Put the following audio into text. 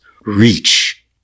Reach